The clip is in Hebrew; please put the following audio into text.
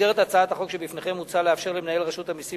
בהצעת החוק שבפניכם מוצע לאפשר למנהל רשות המסים